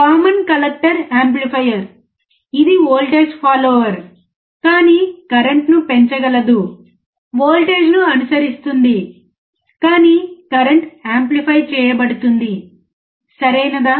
common collector యాంప్లిఫైయర్ఇది voltage follower కానీ కరెంట్ను పెంచగలదు వోల్టేజ్ను అనుసరిస్తుంది కాని కరెంట్ యాంప్లిఫై చేయబడుతుంది సరియైనదా